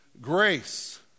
Grace